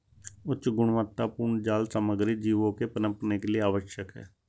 उच्च गुणवत्तापूर्ण जाल सामग्री जीवों के पनपने के लिए आवश्यक है